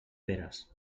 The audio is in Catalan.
peres